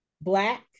black